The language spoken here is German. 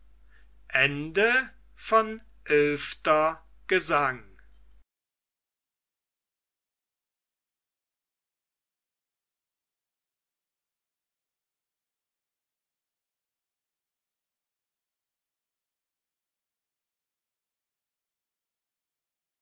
gesang elfter gesang